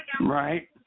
Right